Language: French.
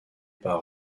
par